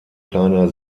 kleiner